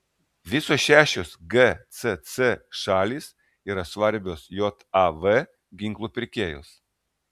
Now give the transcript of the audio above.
visos šešios gcc šalys yra svarbios jav ginklų pirkėjos